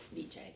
VJ